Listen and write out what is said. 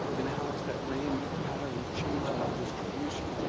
and how's that rain pattern change in and distribution?